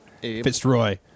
Fitzroy